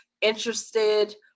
interested